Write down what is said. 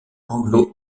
anglo